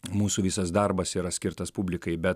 mūsų visas darbas yra skirtas publikai bet